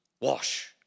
wash